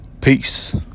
Peace